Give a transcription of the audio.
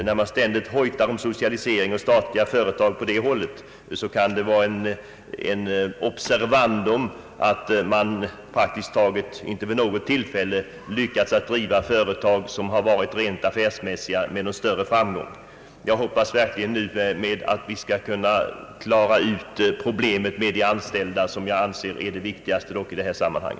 När man ständigt hojtar om socialisering och statliga företag på det hållet kan det vara ett observandum att det praktiskt taget inte vid något tillfälle lyckats staten att driva rent affärsmässiga företag med någon större framgång. Jag hoppas verkligen att vi nu skall kunna klara ut problemet med de anställda, vilket jag anser vara det viktigaste i detta sammanhang.